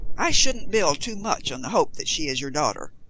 i shouldn't build too much on the hope that she is your daughter.